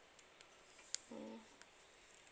mm